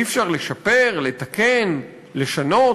אי-אפשר לשפר, לתקן, לשנות?